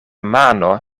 mano